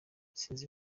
sinzi